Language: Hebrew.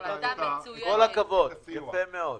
כל הכבוד, יפה מאוד.